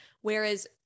whereas